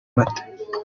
mata